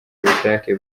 ubushake